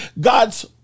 God's